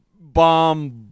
bomb